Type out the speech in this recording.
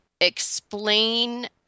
explain